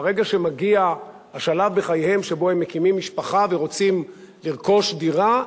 ברגע שמגיע השלב בחייהם שבו הם מקימים משפחה ורוצים לרכוש דירה,